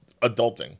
adulting